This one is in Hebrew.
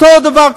אותו דבר,